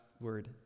word